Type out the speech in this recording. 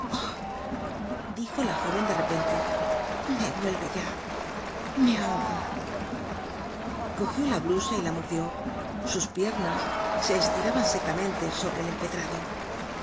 dijo la jóven de repente me vuelve ya meahogo cogió la blusa y la mordió sus piernas se estiraban secamente sobre el empedrado